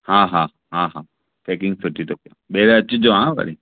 हा हा हा हा पैकिंग सुठी था कयो ॿियर अचिजो हां वरी